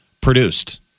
produced